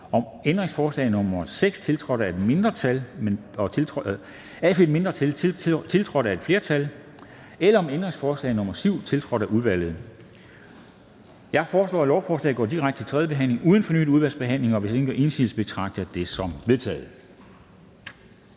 om ændringsforslag nr. 4 af et mindretal (EL), tiltrådt af et flertal (udvalget med undtagelse af S og SF)? Det er vedtaget. Jeg foreslår, at lovforslagene går direkte til tredje behandling uden fornyet udvalgsbehandling. Hvis ingen gør indsigelse, betragter jeg det som vedtaget.